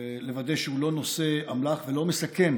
לוודא שהוא לא נושא אמל"ח ולא מסכן